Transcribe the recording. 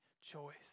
choice